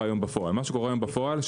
שקורה היום בפועל,